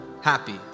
happy